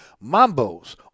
Mambo's